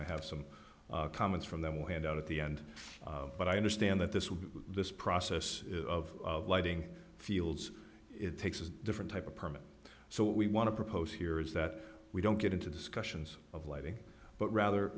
i have some comments from that will hand out at the end but i understand that this will be this process of lighting fields it takes a different type of permit so we want to propose here is that we don't get into discussions of lighting but rather